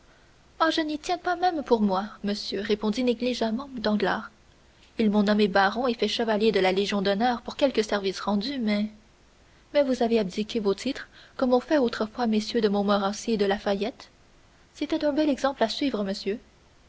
ah je n'y tiens pas même pour moi monsieur répondit négligemment danglars ils m'ont nommé baron et fait chevalier de la légion d'honneur pour quelques services rendus mais mais vous avez abdiqué vos titres comme ont fait autrefois mm de montmorency et de lafayette c'était un bel exemple à suivre monsieur